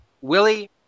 Willie